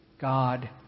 God